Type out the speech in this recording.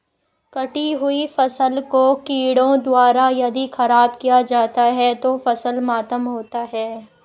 कटी हुयी फसल को कीड़ों द्वारा यदि ख़राब किया जाता है तो फसल मातम होता है